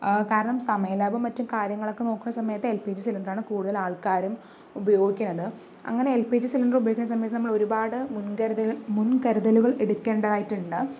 കാരണം സമയ ലാഭം മറ്റും കാര്യങ്ങളൊക്കെ നോക്കുന്ന സമയത്ത് എൽ പി ജി സിലിണ്ടറാണ് കൂടുതൽ ആൾക്കാരും ഉപയോഗിക്കുന്നത് അങ്ങനെ എൽ പി ജി സിലിണ്ടർ ഉപയോഗിക്കുന്ന സമയത്ത് നമ്മൾ ഒരുപാട് മുൻകരുതലുകൾ എടുക്കണ്ടതായിട്ടുണ്ട്